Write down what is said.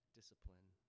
discipline